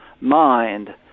mind